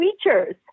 creatures